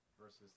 versus